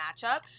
matchup